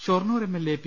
Shoranur M L A P